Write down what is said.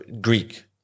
greek